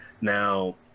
Now